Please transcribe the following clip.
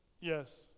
yes